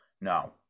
No